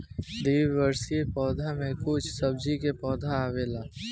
द्विवार्षिक पौधा में कुछ सब्जी के पौधा आवेला